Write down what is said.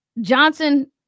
Johnson